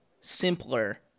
simpler